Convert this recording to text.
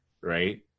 Right